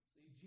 See